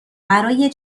برای